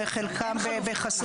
חלקם בחסות הנוער.